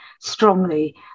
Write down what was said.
strongly